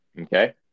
Okay